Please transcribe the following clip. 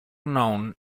known